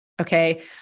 Okay